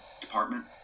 department